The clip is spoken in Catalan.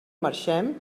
marxem